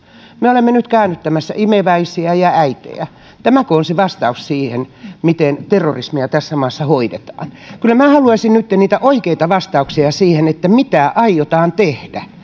me olemme nyt käännyttämässä imeväisiä ja äitejä tämäkö on se vastaus siihen miten terrorismia tässä maassa hoidetaan kyllä minä haluaisin nyt niitä oikeita vastauksia siihen mitä aiotaan tehdä